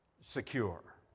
secure